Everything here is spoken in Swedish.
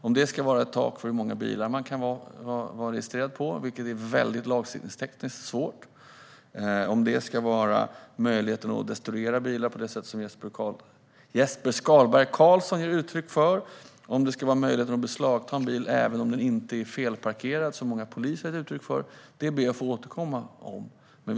Om det ska vara ett tak för hur många bilar man kan vara registrerad på, vilket är mycket lagtekniskt svårt, eller om det ska vara möjligt att destruera bilar på det sätt som Jesper Skalberg Karlsson ger uttryck för eller om det ska gå att beslagta en bil även om den inte är felparkerad, vilket många poliser föreslagit, ber jag att få återkomma till.